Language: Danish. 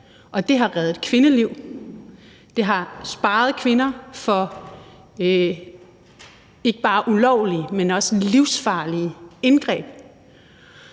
det har reddet kvindeliv. Det har sparet kvinder for ikke bare ulovlige, men også livsfarlige indgreb.